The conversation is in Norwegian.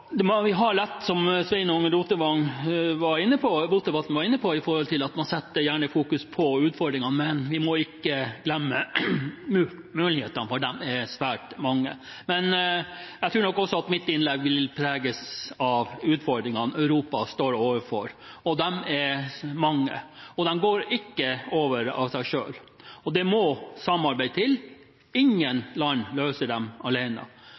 vi må ikke glemme mulighetene, for de er svært mange. Men jeg tror nok også at mitt innlegg vil preges av utfordringene Europa står overfor, de er mange, og de går ikke over av seg selv. Det må samarbeid til, ingen land løser